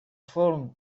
forn